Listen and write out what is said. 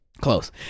Close